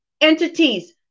entities